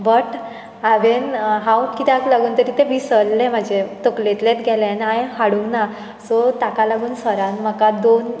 but हांवें हांव कित्याक लागून तरी तें विसरलें म्हजें तकलेतलेच गेलें आनी हांवें हाडूंक ना सो ताका लागून सरान म्हाका दोन